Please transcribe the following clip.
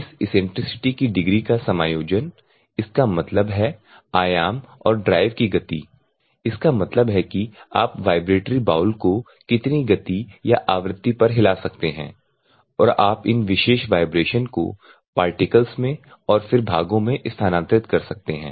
इस इसेंट्रिसिटी की डिग्री का समायोजन इसका मतलब है आयाम और ड्राइव की गति इसका मतलब है कि आप वाइब्रेटरी बाउल को कितनी गति या आवृत्ति पर हिला सकते हैं और आप इन विशेष वाइब्रेशन को पार्टिकल्स में और फिर भागों में स्थानांतरित कर सकते हैं